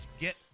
get